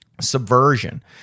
subversion